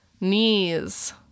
knees